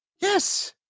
Yes